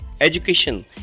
education